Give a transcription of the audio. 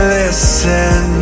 listen